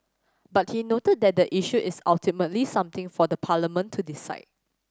but he noted that the issue is ultimately something for Parliament to decide